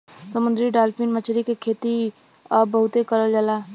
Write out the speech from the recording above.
समुंदरी डालफिन मछरी के खेती अब बहुते करल जाला